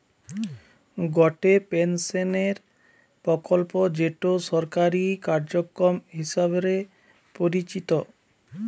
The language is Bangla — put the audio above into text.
গটে পেনশনের প্রকল্প যেটো সরকারি কার্যক্রম হিসবরে পরিচিত